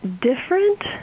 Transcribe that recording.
different